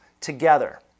together